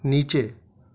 نیچے